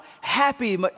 happy